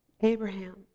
Abraham